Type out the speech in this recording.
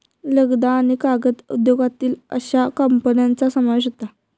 लगदा आणि कागद उद्योगातील अश्या कंपन्यांचा समावेश होता